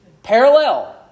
Parallel